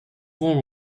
form